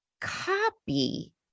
copy